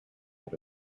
that